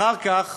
אחר כך